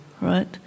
right